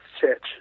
church